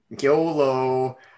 Yolo